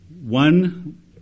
One